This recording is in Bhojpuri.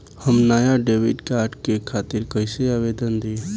हम नया डेबिट कार्ड के खातिर कइसे आवेदन दीं?